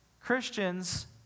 Christians